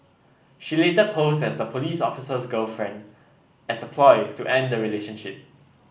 she later posed as the police officer's girlfriend as a ploy to end the relationship